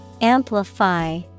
Amplify